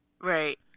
Right